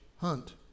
hunt